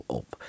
op